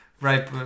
right